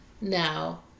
Now